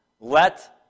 Let